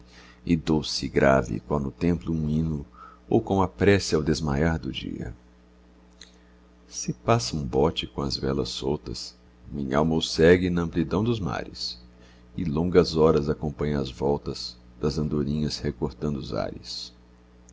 e grave qual no templo um hino ou como a prece ao desmaiar do dia se passa um bote com as velas soltas minhalma o segue namplidão dos mares e longas horas acompanha as voltas das andorinhas recortando os ares